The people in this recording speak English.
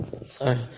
sorry